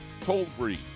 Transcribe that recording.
toll-free